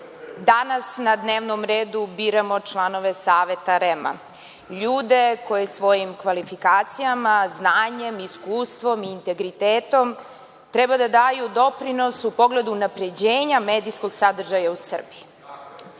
danas na dnevnom redu biramo članove Saveta REM-a, ljude koji svojim kvalifikacijama, znanjem, iskustvom i integritetom treba da daju doprinos u pogledu unapređenja medijskog sadržaja u Srbiji. Pred